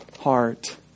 heart